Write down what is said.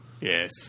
Yes